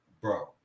Bro